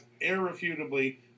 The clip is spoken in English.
irrefutably